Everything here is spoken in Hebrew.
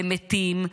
הם מתים.